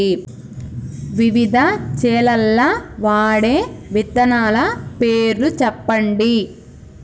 వివిధ చేలల్ల వాడే విత్తనాల పేర్లు చెప్పండి?